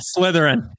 Slytherin